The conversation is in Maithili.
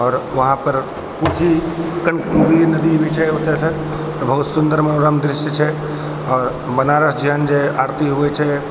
आओर वहाॅं पर कोशी नदी भी छै ओतऽ सऽ बहुत सुन्दर मनोरम दृश्य छै और बनारस जेहन जे आरती होइ छै